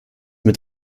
mit